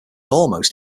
almost